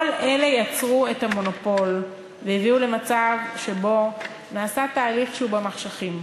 כל אלה יצרו את המונופול והביאו למצב שבו נעשה תהליך במחשכים,